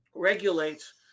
regulates